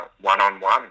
one-on-one